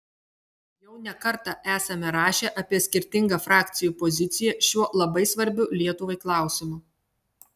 jau ne kartą esame rašę apie skirtingą frakcijų poziciją šiuo labai svarbiu lietuvai klausimu